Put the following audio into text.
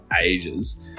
ages